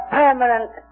permanent